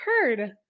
heard